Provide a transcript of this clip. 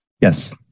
Yes